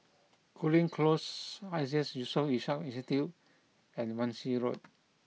Cooling Close Iseas Yusof Ishak Institute and Wan Shih Road